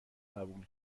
قبول